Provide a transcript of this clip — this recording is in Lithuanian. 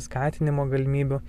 skatinimo galimybių